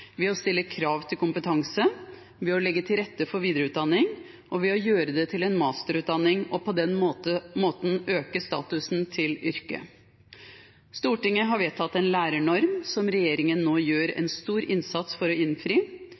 ved å stille krav til kompetanse, ved å legge til rette for videreutdanning og ved å gjøre det til en masterutdanning og på den måten øke statusen til yrket. Stortinget har vedtatt en lærernorm, som regjeringen nå gjør en stor innsats for å innfri.